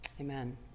amen